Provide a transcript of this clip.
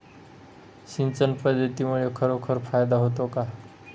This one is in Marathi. सिंचन पद्धतीमुळे खरोखर फायदा होतो का?